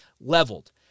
leveled